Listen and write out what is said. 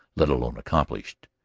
let alone accomplished.